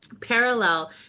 parallel